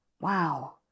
wow